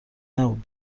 نبود